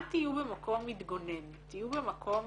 אל תהיו במקום מתגונן, תהיו במקום